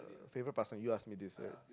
favourite past time you asked me this right